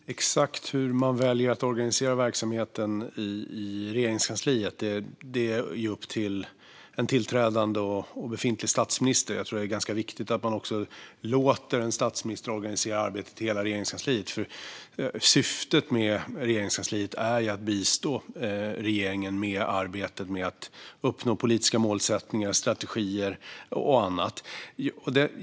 Fru talman! Exakt hur man väljer att organisera verksamheten i Regeringskansliet är upp till en tillträdande eller befintlig statsminister att avgöra. Jag tror att det är ganska viktigt att man låter en statsminister organisera arbetet i hela Regeringskansliet. Syftet med Regeringskansliet är ju att bistå regeringen i arbetet med att uppnå politiska målsättningar, strategier och annat.